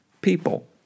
people